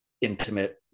intimate